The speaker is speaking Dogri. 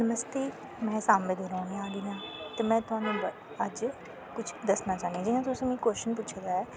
नमस्ते में सांबे दी रैह्ने आह्ली आं ते में तोहानू अज्ज कुश दस्सना चाह्नी आं जियां तुसें मिगी कोशन पुच्छे दा ऐ